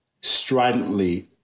stridently